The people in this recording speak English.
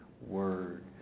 word